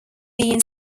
been